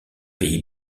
pays